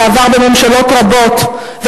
ועבר בממשלות רבות.